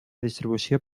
distribució